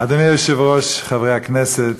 אדוני היושב-ראש, חברי הכנסת,